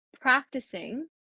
practicing